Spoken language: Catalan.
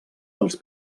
dels